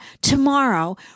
tomorrow